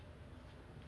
publicised